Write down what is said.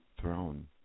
throne